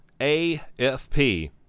afp